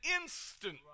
instant